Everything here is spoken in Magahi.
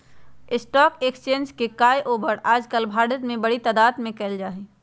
स्टाक एक्स्चेंज के काएओवार आजकल भारत में बडी तादात में कइल जा हई